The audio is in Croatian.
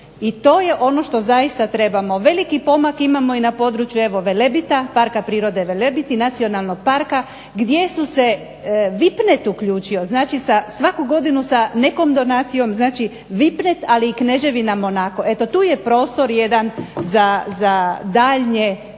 i to je ono što zaista trebamo. Veliki pomak imamo i na području evo Velebita, parka prirode Velebit i nacionalnog parka gdje su se VIP.net uključio, znači sa svaku godinu da nekom donacijom, znači VIP.net ali i Kneževina Monako, eto tu je prostor jedan za daljnje